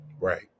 Right